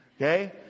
Okay